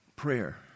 prayer